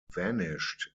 vanished